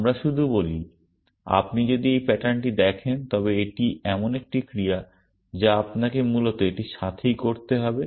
আমরা শুধু বলি আপনি যদি এই প্যাটার্নটি দেখেন তবে এটি এমন একটি ক্রিয়া যা আপনাকে মূলত এটির সাথেই করতে হবে